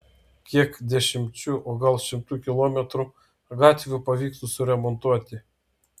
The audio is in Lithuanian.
kiek dešimčių o gal šimtų kilometrų gatvių pavyktų suremontuoti